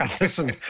Listen